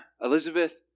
Elizabeth